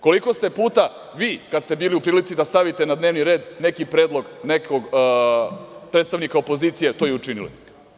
Koliko ste puta vi, kada ste bili u prilici da stavite na dnevni red neki predlog nekog predstavnika opozicije to i učinili?